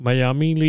Miami